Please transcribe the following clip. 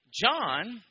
John